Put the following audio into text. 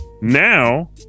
Now